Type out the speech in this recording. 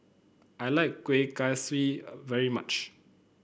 I like Kueh Kaswi very much